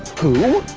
pooh?